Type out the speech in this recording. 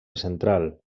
central